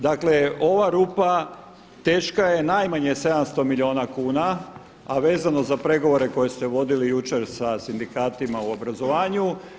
Dakle ova rupa teška je najmanje 700 milijuna kuna a vezano za pregovore koje ste vodili jučer sa sindikatima u obrazovanju.